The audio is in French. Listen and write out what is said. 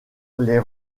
les